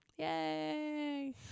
Yay